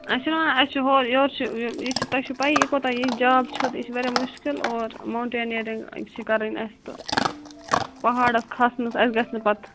اَسہِ چھِنا ونان اَسہِ چھُ ہورٕ یوٚرٕ چھُ یہِ تۄہہِ چھُو پیی یہِ کوٗتاہ یہِ جاب چھُ یہِ چھُ واریاہ مُشکِل اور مونٹینیرٕنٛگ چھِ کَرٕنۍ اَسہِ تہٕ پہاڑس کھسُن اَسہِ گَژھِ نہٕ پتہٕ